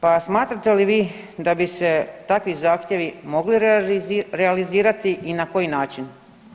Pa smatrate li vi da bi se takvi zahtjevi mogli realizirati i na koji način?